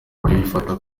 kuyifata